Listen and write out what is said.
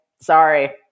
Sorry